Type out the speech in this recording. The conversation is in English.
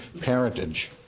parentage